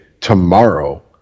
tomorrow